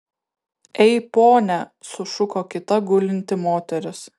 ei pone sušuko kita gulinti moteris